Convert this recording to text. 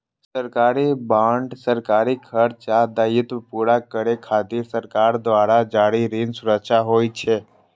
सरकारी बांड सरकारी खर्च आ दायित्व पूरा करै खातिर सरकार द्वारा जारी ऋण सुरक्षा होइ छै